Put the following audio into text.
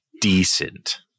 decent